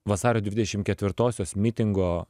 vasario dvidešim ketvirtosios mitingo